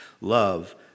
Love